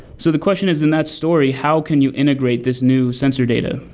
so the question is in that story, how can you integrate this new sensor data?